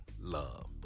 love